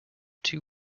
two